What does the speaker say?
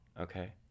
Okay